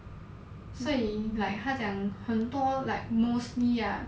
所以 like 他讲很多 like mostly ah